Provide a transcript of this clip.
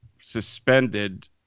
suspended